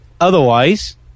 otherwise